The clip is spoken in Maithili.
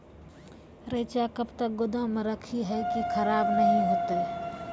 रईचा कब तक गोदाम मे रखी है की खराब नहीं होता?